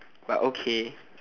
but okay